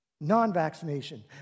non-vaccination